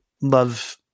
love